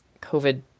COVID